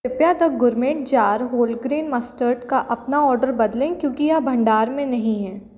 कृपया the gourmet jar wholegrain mustard का अपना ऑर्डर बदलें क्योंकि यह भंडार में नहीं है